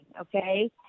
Okay